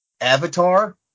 Avatar